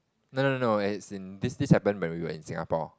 no no no as in this happen when we were in Singapore